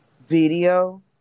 video